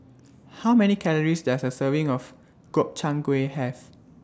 How Many Calories Does A Serving of Gobchang Gui Have